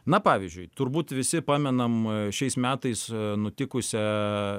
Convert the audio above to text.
na pavyzdžiui turbūt visi pamenam šiais metais nutikusią